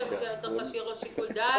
חושבת שצריך להשאיר לו שיקול דעת.